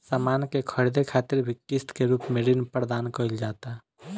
सामान के ख़रीदे खातिर भी किस्त के रूप में ऋण प्रदान कईल जाता